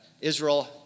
Israel